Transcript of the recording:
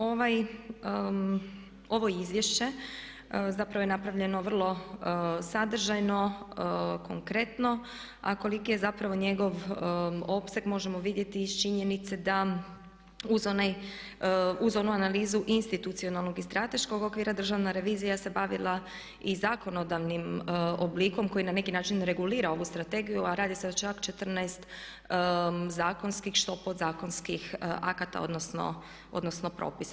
Ovo izvješće zapravo je napravljeno vrlo sadržajno, konkretno a koliki je zapravo njegov opseg možemo vidjeti iz činjenice da uz onu analizu institucionalnog i strateškog okvira državna revizija se bavila i zakonodavnim oblikom koji na neki način regulira ovu strategiju a radi se o čak 14 zakonskih što podzakonskih akata odnosno propisa.